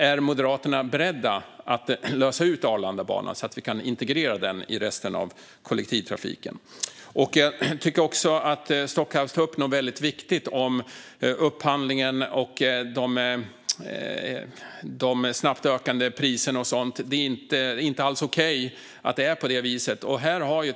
Är Moderaterna beredda att lösa ut Arlandabanan så att vi kan integrera den i resten av kollektivtrafiken? Jag tycker också att Stockhaus tar upp något väldigt viktigt om upphandlingen och de snabbt ökande priserna. Det är inte alls okej att det är på det viset.